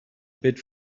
bit